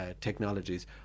technologies